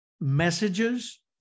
messages